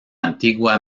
antigua